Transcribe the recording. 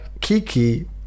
Kiki